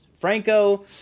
Franco